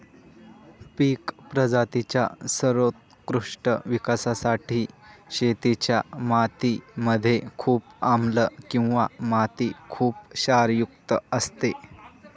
पिक प्रजातींच्या सर्वोत्कृष्ट विकासासाठी शेतीच्या माती मध्ये खूप आम्लं किंवा माती खुप क्षारयुक्त असते